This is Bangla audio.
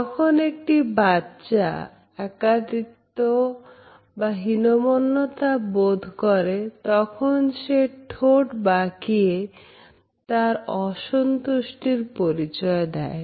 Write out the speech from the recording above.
যখন একটি বাচ্চা একাকীত্ব বা হীনমন্যতা বোধ করে তখন সে ঠোঁট বাঁকিয়ে তার অসন্তুষ্টির পরিচয় দেয়